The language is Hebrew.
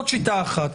זאת שיטה אחת.